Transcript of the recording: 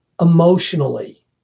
emotionally